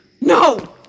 No